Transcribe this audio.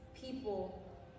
people